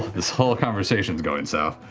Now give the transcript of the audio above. this whole conversation's going south.